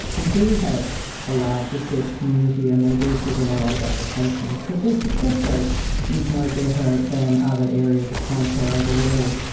we do have a large research community and they do put in a lot of applications but their success rate is no better than other areas of cancer overall.